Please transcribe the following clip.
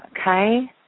okay